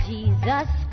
Jesus